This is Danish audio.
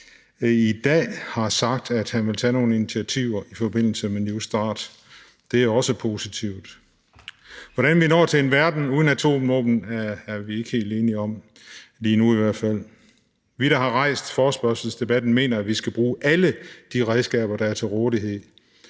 i dag har sagt, at han vil tage nogle initiativer i forbindelse med New START, og det er også positivt. Hvordan vi når til en verden uden atomvåben, er vi ikke helt enige om, lige nu i hvert fald. Vi, der har rejst forespørgselsdebatten, mener, at vi skal bruge alle de redskaber, der er til rådighed,